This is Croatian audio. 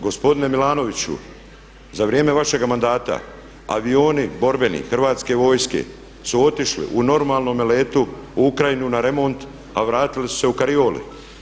Gospodine Milanoviću, za vrijeme vašega mandata avioni, borbeni, Hrvatske vojske su otišli u normalnome letu u Ukrajinu na remont a vratili su se u karioli.